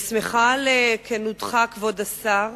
אני שמחה על כנותך, כבוד השר,